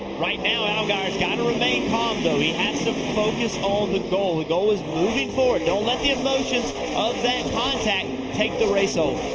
right now allgaier's got to remain calm though. he has to focus on the goal. the goal is moving forward. don't let the emotions of that contact take the race over.